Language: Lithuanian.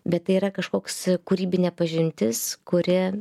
bet tai yra kažkoks kūrybinė pažintis kuri